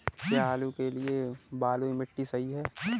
क्या आलू के लिए बलुई मिट्टी सही है?